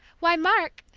why, mark,